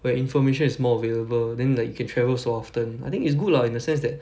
where information is more available then like you can travel so often I think it's good lah in the sense that